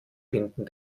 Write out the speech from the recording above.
binden